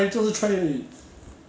eh she interesting sia